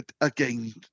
again